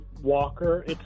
Walker